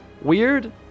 Weird